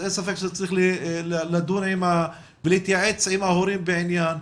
אין ספק שצריך לדון ולהתייעץ עם ההורים בעניין.